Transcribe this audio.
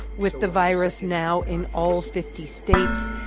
with the virus now in all fifty states,